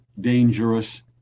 dangerous